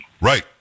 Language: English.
Right